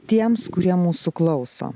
tiems kurie mūsų klauso